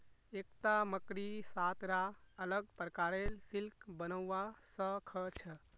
एकता मकड़ी सात रा अलग प्रकारेर सिल्क बनव्वा स ख छ